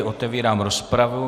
Otevírám rozpravu.